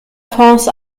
fonds